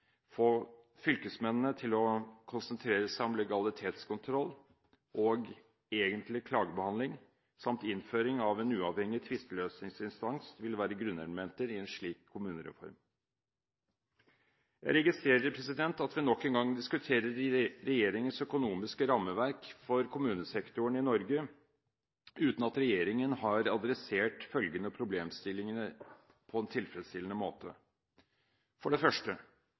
få fylkesmenn til å konsentrere seg om legalitetskontroll og – egentlig – klagebehandling samt innføring av en uavhengig tvisteløsningsinstans ville være grunnelementer i en slik kommunereform. Jeg registrerer at vi nok en gang diskuterer regjeringens økonomiske rammeverk for kommunesektoren i Norge uten at regjeringen har adressert følgende problemstillinger på en tilfredsstillende måte: For det første: